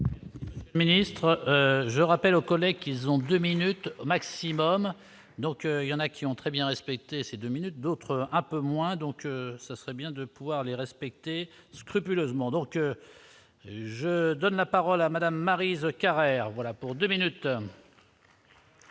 chose. Ministre je rappelle aux collègues qu'ils ont 2 minutes maximum, donc il y en a qui ont très bien respecté ces 2 minutes. D'autres un peu moins, donc ce serait bien de pouvoir les respecter scrupuleusement donc je donne la parole à Madame Maryse Carrère voilà pour 2 minutes.